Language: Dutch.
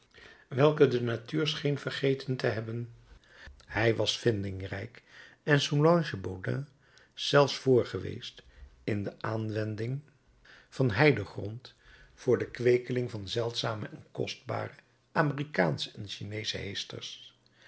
welke de natuur scheen vergeten te hebben hij was vindingrijk en soulange bodin zelfs voor geweest in de aanwending van heidegrond voor de kweeking van zeldzame en kostbare amerikaansche en chineesche heesters